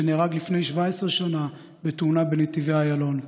שנהרג לפני 17 שנה בתאונה בנתיבי איילון.